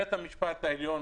בית המשפט העליון